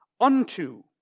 Unto